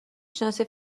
شناسی